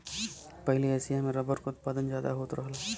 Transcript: पहिले एसिया में रबर क उत्पादन जादा होत रहल